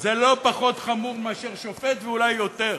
זה לא פחות חמור מאשר שופט, ואולי יותר.